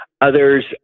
Others